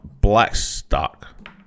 Blackstock